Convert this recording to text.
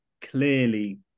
clearly